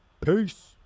Peace